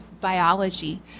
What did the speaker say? biology